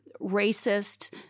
racist